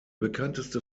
bekannteste